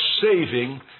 saving